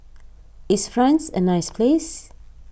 is France a nice place